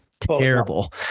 terrible